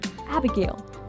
Abigail